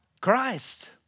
Christ